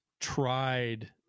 tried